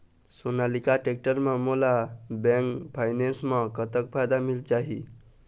Sonalika tractor म मोला bank finance म कतक फायदा मिल जाही?